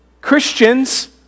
Christians